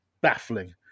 baffling